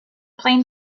plane